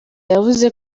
yavuze